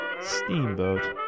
Steamboat